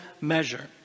measure